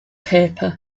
paper